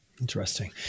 Interesting